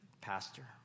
pastor